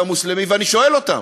והמוסלמי, ואני שואל אותם: